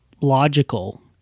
logical